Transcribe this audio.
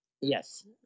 Yes